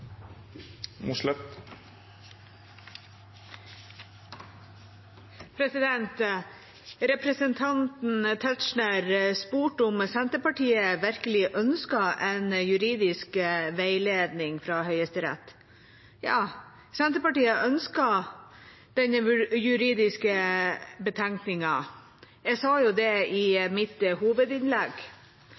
Representanten Tetzschner spurte om Senterpartiet virkelig ønsket en juridisk veiledning fra Høyesterett. Ja, Senterpartiet ønsker denne juridiske betenkningen. Jeg sa jo det i mitt hovedinnlegg.